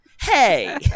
Hey